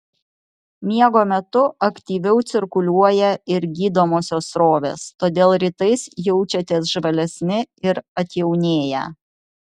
miego metu aktyviau cirkuliuoja ir gydomosios srovės todėl rytais jaučiatės žvalesni ir atjaunėję